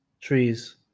trees